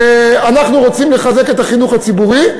ואנחנו רוצים לחזק את החינוך הציבורי.